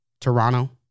Toronto